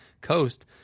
coast